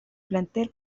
plantel